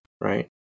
right